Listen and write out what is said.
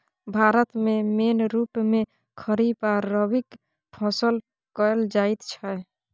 भारत मे मेन रुप मे खरीफ आ रबीक फसल कएल जाइत छै